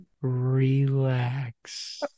relax